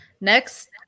Next